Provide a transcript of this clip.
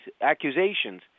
accusations